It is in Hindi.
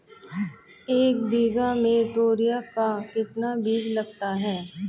एक बीघा में तोरियां का कितना बीज लगता है?